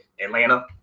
Atlanta